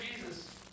Jesus